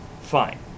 Fine